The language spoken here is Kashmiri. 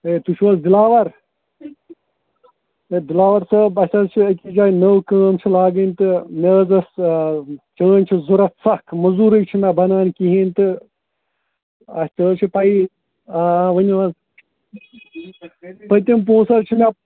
ہے تُہۍ چھُو حظ دِلاوَر ہے دِلاوَر صٲب اَسہِ حظ چھِ أکِس جایہِ نٔو کٲم چھِ لاگٕنۍ تہٕ مےٚ حظ ٲس چٲنۍ چھِ ضروٗرت سخ موٚزوٗرٕے چھِنہٕ مےٚ بَنان کِہیٖنٛۍ تہٕ اَسہِ تُہۍ حظ چھِ پَیی آ آ ؤنِو حظ پٔتِم پۅنٛسہٕ حظ چھِ مےٚ